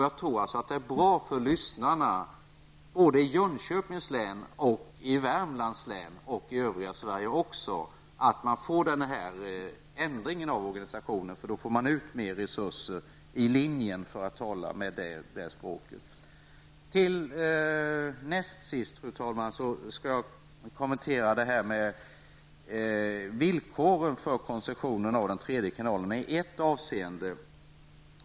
Jag tror att det är bra för lyssnarna -- i Jönköpings län, i Värmlands län och i övriga Sverige -- att denna ändring av organisationen genomförs, eftersom man då får ut mera resurser i linjen, för att använda det språket. Fru talman! Jag vill också kommentera villkoren för koncessionen och den tredje kanalen i ett avseende.